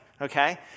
okay